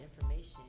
information